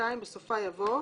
(2)בסופה יבוא: